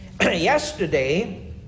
Yesterday